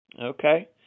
Okay